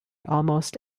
almost